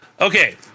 Okay